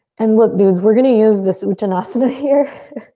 and look dudes, we're gonna use this uttanasana here